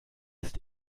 ist